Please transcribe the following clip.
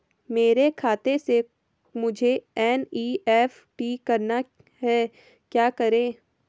मेरे खाते से मुझे एन.ई.एफ.टी करना है क्या करें?